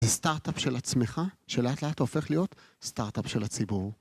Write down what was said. זה סטארט-אפ של עצמך, שלאט לאט הופך להיות סטארט-אפ של הציבור.